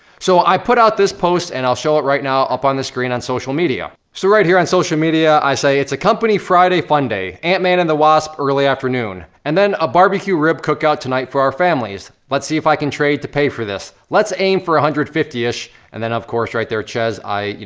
so i put out this post, and i'll show it right now, up on the screen, on social media. so right here on social media, i say, it's a company friday fun day. and man and the wasp early afternoon, and then a barbecue rib cookout tonight for our families. let's see if i can trade to pay for this. let's aim for a hundred fifty-ish, and then, of course, right there, chezz, i,